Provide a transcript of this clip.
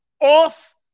off